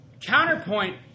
Counterpoint